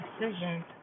decisions